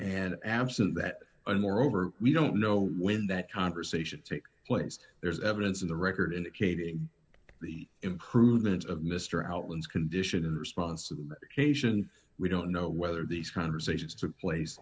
and absent that and moreover we don't know when that conversation take place there's evidence in the record indicating the improvement of mr outlands condition in response to the occasion we don't know whether these conversations